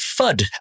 FUD